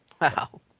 Wow